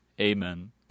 Amen